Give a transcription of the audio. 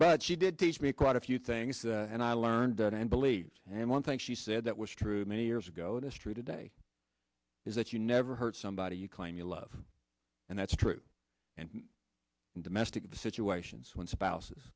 but she did teach me quite a few things and i learned that and believed and one thing she said that was true many years ago it is true today is that you never hurt somebody you claim you love and that's true and in domestic situations when spouses